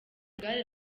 igare